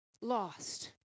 Lost